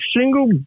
single